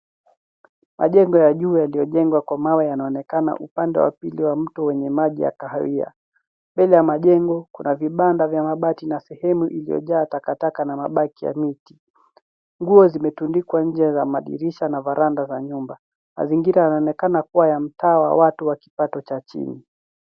Majengo ya juu yaliyojengwa kwa mawe yanaonekana upande wa pili wa mto wenye maji ya kahawia. Mbele ya majengo kuna vibanda vya mabati na sehemu iliyojaa takataka na mabaki na miti. Nguo zimetundikwa nje za madirisha na varanda za nyumba. Mazingira yanaonekana kuwa ya mtaa ya watu wa kipato cha chini.